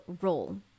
role